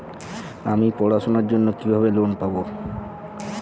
আমি পড়াশোনার জন্য কিভাবে লোন পাব?